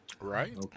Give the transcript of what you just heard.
right